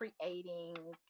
creating